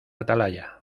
atalaya